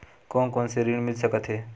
कोन कोन से ऋण मिल सकत हे?